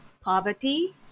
poverty